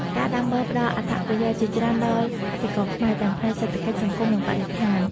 ការដាំបឺរផ្ដល់អត្ថប្រយោជន៍ជាច្រើនដល់កសិករខ្មែរ ទាំងផ្នែកសេដ្ឋកិច្ច សង្គម និងបរិស្ថាន។